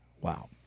Wow